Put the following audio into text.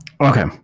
Okay